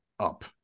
up